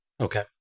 Okay